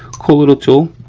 cool little tool